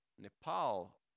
Nepal